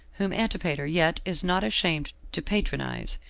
whom antipater yet is not ashamed to patronize,